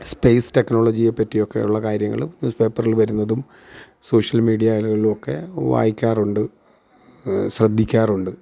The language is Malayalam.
സ്പേസ് ടെക്നോളജിയെ പറ്റി ഒക്കെയുള്ള കാര്യങ്ങളും ന്യൂസ് പേപ്പറിൽ വരുന്നതും സോഷ്യൽ മീഡിയയിലൊക്കെ വായിക്കാറുണ്ട് ശ്രദ്ധിക്കാറുണ്ട്